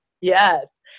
Yes